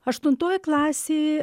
aštuntoje klasėj